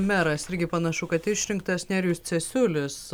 meras irgi panašu kad išrinktas nerijus cesiulis